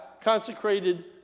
consecrated